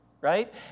right